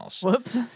whoops